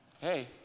hey